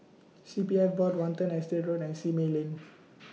C P F Board Watten Estate Road and Simei Lane